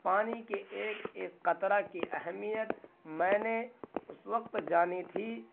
پانی کے ایک ایک قطرے کی اہمیت میں نے اس وقت جانی تھی